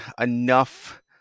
enough